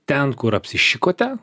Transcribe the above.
ten kur apsišikote